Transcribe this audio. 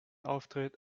auftritt